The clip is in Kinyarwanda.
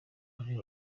muri